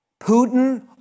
Putin